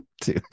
two